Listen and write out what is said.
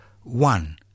One